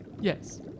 Yes